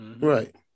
Right